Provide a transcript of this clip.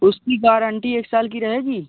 उसकी गारंटी एक साल की रहेगी